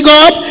God